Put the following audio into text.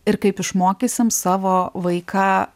ir kaip išmokysim savo vaiką